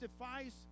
defies